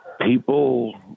people